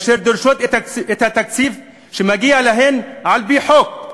אשר דורשות את התקציב שמגיע להן על-פי חוק,